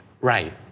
right